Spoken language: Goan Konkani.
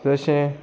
जशें